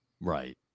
Right